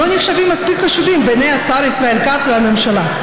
לא נחשבים מספיק חשובים בעיני השר ישראל כץ והממשלה.